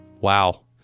wow